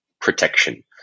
protection